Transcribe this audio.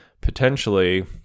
potentially